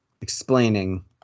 explaining